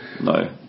No